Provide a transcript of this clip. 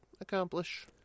accomplish